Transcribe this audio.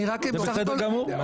בסדר גמור.